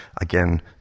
Again